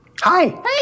hi